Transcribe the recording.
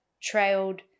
trailed